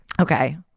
Okay